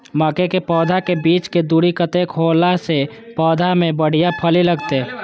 मके के पौधा के बीच के दूरी कतेक होला से पौधा में बढ़िया फली लगते?